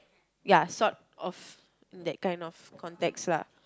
ya sort of that kind of context lah